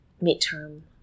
mid-term